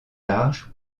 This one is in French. larges